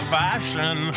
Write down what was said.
fashion